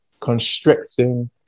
constricting